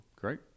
great